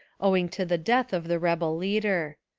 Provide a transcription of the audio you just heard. owing to the death of the rebel leader.